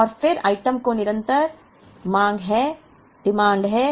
और फिर आइटम की निरंतर मांग है